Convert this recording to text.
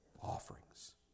offerings